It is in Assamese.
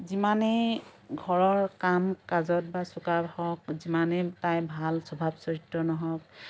যিমানেই ঘৰৰ কাম কাজত বা চোকা হওক যিমানেই তাইৰ ভাল স্বভাৱ চৰিত্ৰ নহওক